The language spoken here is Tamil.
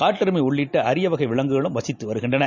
காட்டு எருமை உள்ளிட்ட அரிய வகை விலங்குகளும் வசித்து வருகின்றன